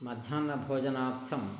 मध्याह्नभोजनार्थं